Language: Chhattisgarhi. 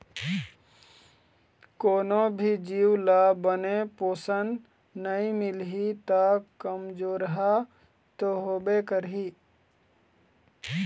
कोनो भी जीव ल बने पोषन नइ मिलही त कमजोरहा तो होबे करही